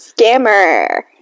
scammer